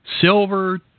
Silver